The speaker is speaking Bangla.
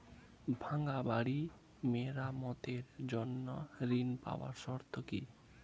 ভাঙ্গা বাড়ি মেরামতের জন্য ঋণ পাওয়ার শর্ত কি?